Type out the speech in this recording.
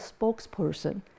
spokesperson